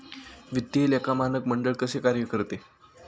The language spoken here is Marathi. वित्तीय लेखा मानक मंडळ कसे कार्य करते?